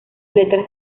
letras